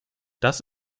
das